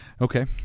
okay